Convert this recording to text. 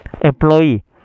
Employee